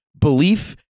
belief